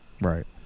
Right